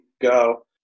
go